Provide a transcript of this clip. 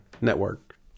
network